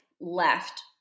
left